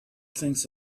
things